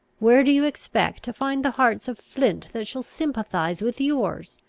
where do you expect to find the hearts of flint that shall sympathise with yours?